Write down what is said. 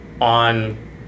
on